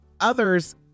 others